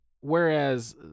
Whereas